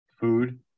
Food